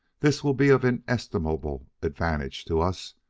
this will be of inestimable advantage to us,